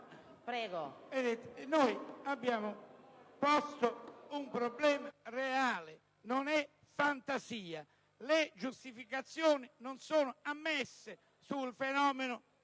Noi abbiamo posto un problema reale, non è fantasia. Le giustificazioni non sono ammesse sul fenomeno